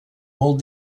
molt